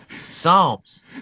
Psalms